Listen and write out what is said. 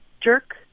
jerk